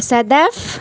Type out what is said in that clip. صدف